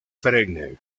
perenne